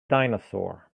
dinosaur